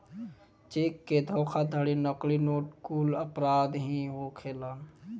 check के धोखाधड़ी, नकली नोट कुल अपराध ही होखेलेन